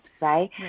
right